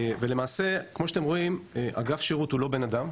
ולמעשה כמו שאתם רואים אגף שירות הוא לא בנאדם.